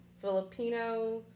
Filipino